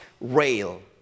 rail